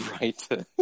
right